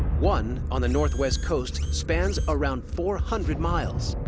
one, on the northwest coast, spans around four hundred miles.